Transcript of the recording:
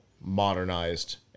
modernized